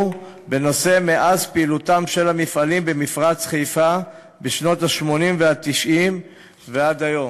בנושא מאז פעילותם של המפעלים במפרץ חיפה בשנות ה-80 וה-90 ועד היום.